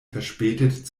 verspätet